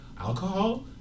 alcohol